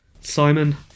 Simon